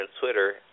Twitter